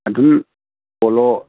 ꯑꯗꯨꯝ ꯄꯣꯂꯣ